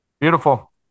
Beautiful